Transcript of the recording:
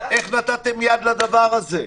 איך נתתם יד לדבר הזה?